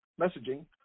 messaging